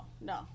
no